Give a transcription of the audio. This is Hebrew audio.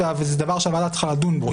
וזה דבר שהוועדה צריכה לדון בו.